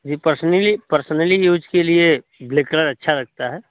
जी personally personally use के लिए black colour अच्छा लगता है